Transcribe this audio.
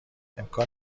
امکان